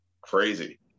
crazy